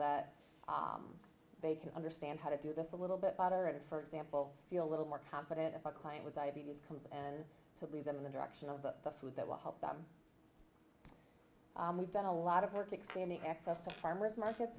that they can understand how to do this a little bit better at it for example feel a little more confident if a client with diabetes comes and leave them in the direction of the food that will help them we've done a lot of work expanding access to farmers markets